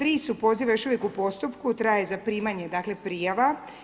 Tri su poziva još uvijek u postupku, traje zaprimanje dakle prijava.